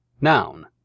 Noun